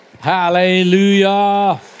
Hallelujah